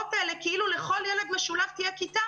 האמירות האלה כאילו לכל ילד משולב תהיה כיתה